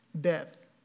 death